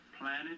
planet